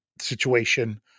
situation